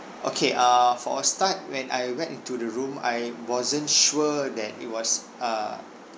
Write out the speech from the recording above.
okay err for a start when I went into the room I wasn't sure that it was uh